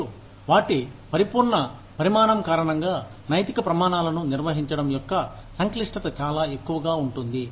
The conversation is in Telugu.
మరియు వాటి పరిపూర్ణ పరిమాణం కారణంగా నైతిక ప్రమాణాలను నిర్వహించడం యొక్క సంక్లిష్టత చాలా ఎక్కువగా ఉంటుంది